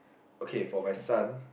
okay for my son